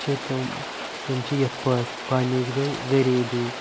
چھ تِم تِم چھِ یِتھ پٲٹھۍ گۄڈٕنچ گٔے غریبی